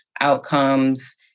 outcomes